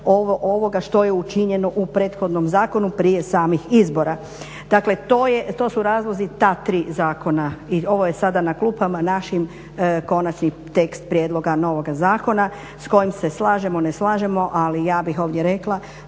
što je učinjeno u prethodnom zakonu prije samih izbora. Dakle to su razlozi ta tri zakona i ovo je sada na klupama našim konačni tekst prijedloga novoga zakona s kojim se slažemo, ne slažemo, ali ja bih ovdje rekla